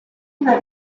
una